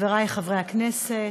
חברי חברי הכנסת,